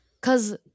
cause